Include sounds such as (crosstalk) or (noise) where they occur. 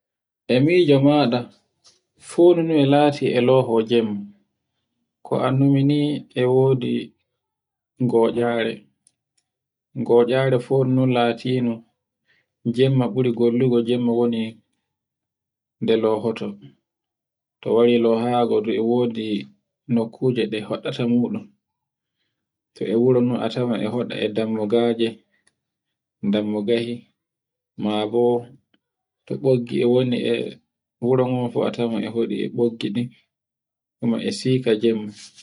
E mija mada (noise) fun e laati e loho jemma, ko anndumi ni e wodi (noise) gonccare, (noise) goccare kon deye laatino jemma ɓuri gollungo jemma woni (noise) nde lohoto. To wari lohango gon e wodi nokkuje ɗe waɗata muɗum. (noise) To e woro no a tawan e hoda e dammugaje-dammugahi mabo to (noise) ɓoggi e woni e wuro mon fu a tawan e hoɗi e ɓoggi ɗin, kuma e sika jemma